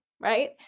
Right